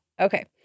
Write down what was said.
Okay